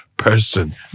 person